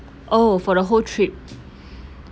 oh for the whole trip